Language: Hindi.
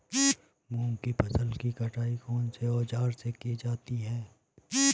मूंग की फसल की कटाई कौनसे औज़ार से की जाती है?